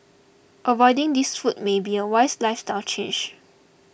avoiding these foods may be a wise lifestyle change